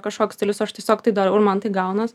kažkoks stilius o aš tiesiog tai darau ir man tai gaunas